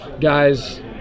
guys